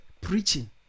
preaching